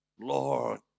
Lord